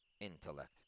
intellect